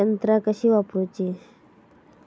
यंत्रा कशी वापरूची?